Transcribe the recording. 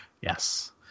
Yes